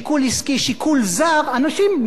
אנשים מאבדים אמון בתקשורת.